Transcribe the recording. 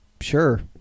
sure